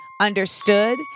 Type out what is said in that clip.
understood